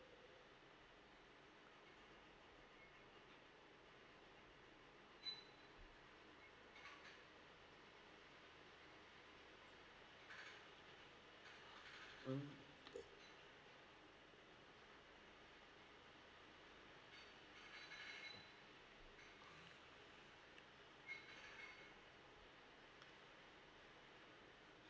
mm